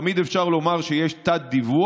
תמיד אפשר לומר שיש תת-דיווח,